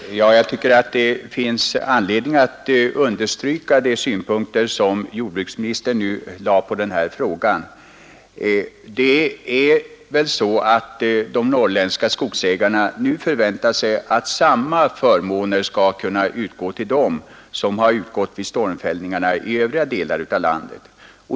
Herr talman! Jag tycker det finns anledning att understryka de synpunkter som jordbruksministern nu lade på denna fråga. Det är väl så att de norrländska skogsägarna nu förväntar sig att samma förmåner skall kunna utga till dem som har utgatt för stormfällningarna i övriga delar av landet.